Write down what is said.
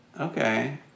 Okay